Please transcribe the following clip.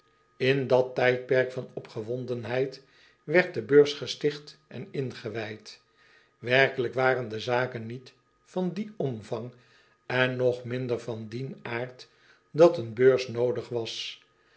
n dat tijdperk van opgewondenheid werd de beurs gesticht en ingewijd erkelijk waren de zaken niet van dien omvang en nog minder van dien aard dat een beurs noodig was